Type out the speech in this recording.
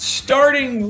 starting